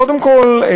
קודם כול,